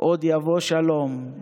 עוד יבוא שלום".